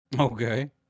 Okay